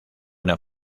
una